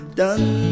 done